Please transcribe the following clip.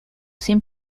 sin